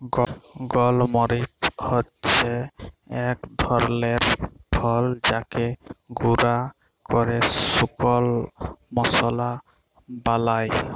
গল মরিচ হচ্যে এক ধরলের ফল যাকে গুঁরা ক্যরে শুকল মশলা বালায়